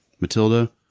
Matilda